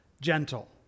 gentle